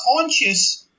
conscious